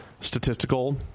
statistical